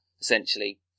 essentially